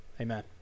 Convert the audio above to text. Amen